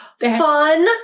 Fun